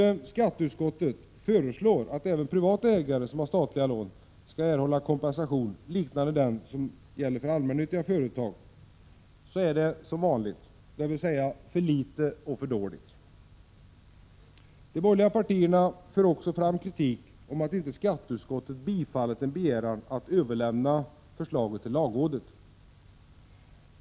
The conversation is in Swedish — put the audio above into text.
När nu skatteutskottet föreslår att även privata ägare som har 16 december 1986 Statliga lån skall erhålla kompensation TKA den som allmännyttiga Böstadspplitiskafrås företag erhåller, så är det som vanligt, dvs. för litet och för dåligt. De borgerliga partierna för också fram kritik om att skatteutskottet inte BK har bifallit en begäran att överlämna förslaget till lagrådet.